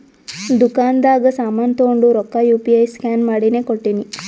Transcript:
ದುಕಾಂದಾಗ್ ಸಾಮಾನ್ ತೊಂಡು ರೊಕ್ಕಾ ಯು ಪಿ ಐ ಸ್ಕ್ಯಾನ್ ಮಾಡಿನೇ ಕೊಟ್ಟಿನಿ